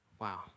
Wow